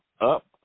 up